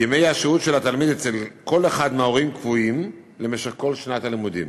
ימי השהות של התלמיד אצל כל אחד מההורים קבועים למשך כל שנת הלימודים.